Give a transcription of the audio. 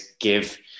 give